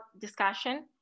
discussion